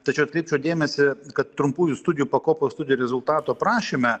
tačiau atkreipčiau dėmesį kad trumpųjų studijų pakopos studijų rezultatų aprašyme